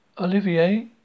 Olivier